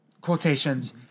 quotations